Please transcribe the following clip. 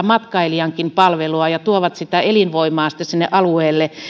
matkailijankin palvelua ja tuovat sitten sitä elinvoimaa sinne alueelle